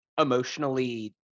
emotionally